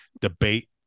debate